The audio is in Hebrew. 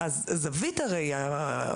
זווית הראייה,